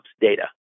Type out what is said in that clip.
data